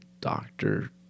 doctor